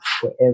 forever